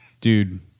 Dude